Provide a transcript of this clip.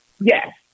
Yes